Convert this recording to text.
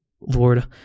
Lord